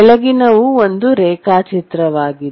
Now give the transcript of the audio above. ಕೆಳಗಿನವು ಒಂದು ರೇಖಾಚಿತ್ರವಾಗಿದೆ